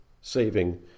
Saving